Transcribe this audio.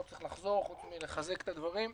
לא צריך לחזור, חוץ מלחזק את הדברים.